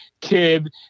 kid